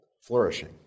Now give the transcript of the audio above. flourishing